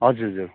हजुर हजुर